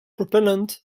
propellant